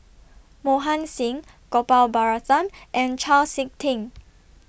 Mohan Singh Gopal Baratham and Chau Sik Ting